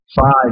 Five